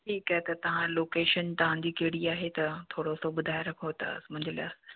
ठीकु आहे त तव्हां लोकेशन तव्हांजी कहिड़ी आहे त थोरो सो ॿुधाए रखो त मुंहिंजे लाइ